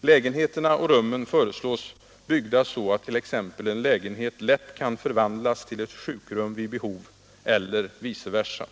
Lägenheterna och rummen föreslås byggda så att t.ex. en lägenhet vid behov lätt kan förvandlas till ett sjukrum eller vice versa.